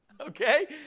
Okay